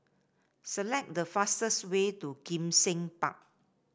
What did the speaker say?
select the fastest way to Kim Seng Park